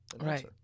right